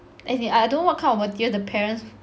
as in I don't know what kind of material the parents